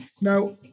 Now